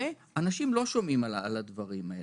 ואנשים לא שומעים על הדברים האלה.